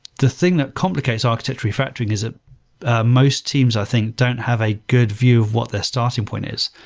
the thing that complicates architecture refactoring is that ah ah most teams, i think, don't have a good view of what their starting point is,